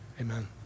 amen